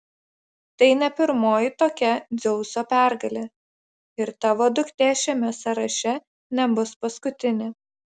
tai ne pirmoji tokia dzeuso pergalė ir tavo duktė šiame sąraše nebus paskutinė